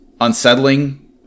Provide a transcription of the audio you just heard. unsettling